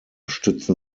stützen